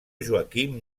joaquim